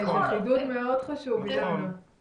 אנחנו נוכל להעביר לכם את זה לאחר מכן,